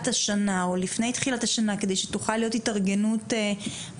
השנה או לפני תחילת השנה על מנת שתוכל להיות איזו שהיא התארגנות מתאימה.